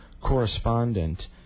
correspondent